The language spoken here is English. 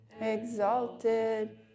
exalted